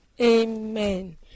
Amen